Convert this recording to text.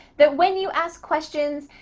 that when you ask questions,